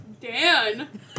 Dan